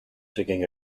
digging